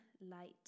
light